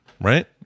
right